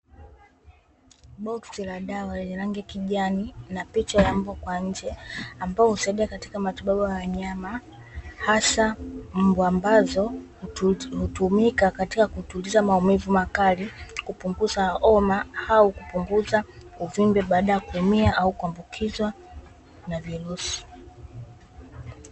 Boksi la dawa lenye rangi ya kijani na picha ya mbwa kwa nje, ambayo husaidia katika matibabu ya wanyama hasa mbwa; ambazo hutumika katika kutuliza maumivu makali, kupunguza homa au kupunguza uvimbe baada ya kuumia au kuambukizwa na virusi.